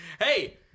Hey